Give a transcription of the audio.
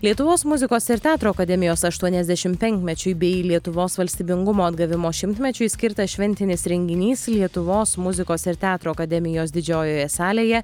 lietuvos muzikos ir teatro akademijos aštuoniasdešimtpenkmečiui bei lietuvos valstybingumo atgavimo šimtmečiui skirtas šventinis renginys lietuvos muzikos ir teatro akademijos didžiojoje salėje